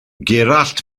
gerallt